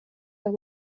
hur